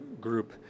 group